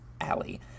alley